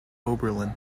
oberlin